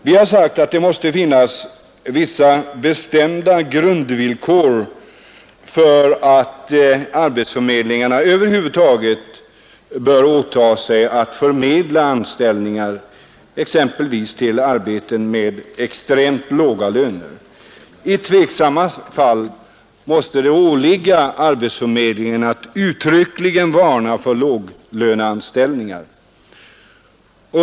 Vi har sagt att det måste finnas vissa bestämda grundvillkor för att arbetsförmedlingarna över huvud taget bör åta sig att förmedla anställningar, exempelvis till arbeten med extremt låga löner. I tveksamma fall måste det åligga arbetsförmedlingarna att uttryckligen varna för låglöneanställningar.